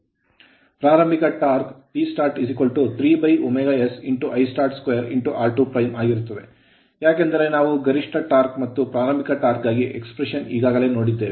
ಪ್ರಾರಂಭಿಕ torque torque Tstart 3sIstart2r2 ಆಗಿರುತ್ತದೆ ಏಕೆಂದರೆ ನಾವು ಗರಿಷ್ಠ torque ಟಾರ್ಕ್ ಮತ್ತು ಪ್ರಾರಂಭಿಕ ಟಾರ್ಕ್ ಗಾಗಿ expression ಅಭಿವ್ಯಕ್ತಿ ಈಗಾಗಲೇ ನೋಡಿದ್ದೇವೆ